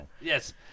Yes